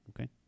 okay